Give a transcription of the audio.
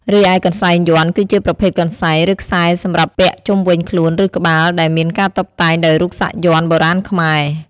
រីឯកន្សែងយន្ត គឺជាប្រភេទកន្សែង ឬខ្សែសម្រាប់ពាក់ជុំវិញខ្លួន ឬក្បាល ដែលមានការតុបតែងដោយរូបសាក់យ័ន្ត បុរាណខ្មែរ។